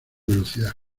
velocidad